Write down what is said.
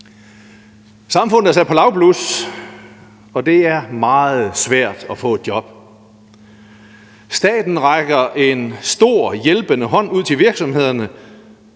Samfundet er sat på lavblus, og det er meget svært at få et job. Staten rækker en stor hjælpende hånd ud til virksomhederne,